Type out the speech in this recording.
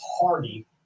hardy